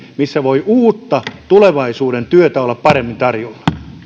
missä voi uutta tulevaisuuden työtä olla paremmin tarjolla